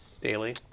Daily